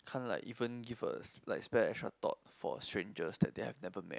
can't like even give a spare an extra thought for strangers that they have never met